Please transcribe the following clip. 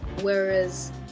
Whereas